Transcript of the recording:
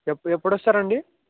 ఎప్పు ఎప్పుడొస్తారండి